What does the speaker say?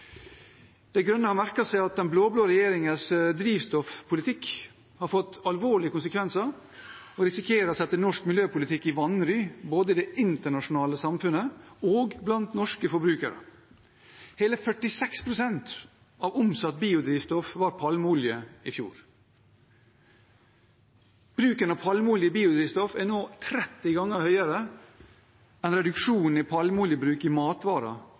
De Grønne har merket seg at den blå-blå regjeringens drivstoffpolitikk har fått alvorlige konsekvenser og risikerer å sette norsk miljøpolitikk i vanry både i det internasjonale samfunnet og blant norske forbrukere. Hele 46 pst. av omsatt biodrivstoff var i fjor palmeolje. Bruken av palmeolje i biodrivstoff er nå 30 ganger høyere enn reduksjonen i palmeoljebruk i matvarer